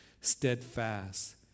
steadfast